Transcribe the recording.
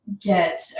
get